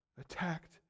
attacked